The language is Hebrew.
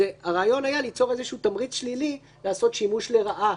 הרעיון היה ליצור איזשהו תמריץ שלילי לעשות שימוש לרעה